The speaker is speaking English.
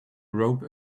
rope